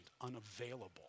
unavailable